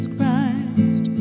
Christ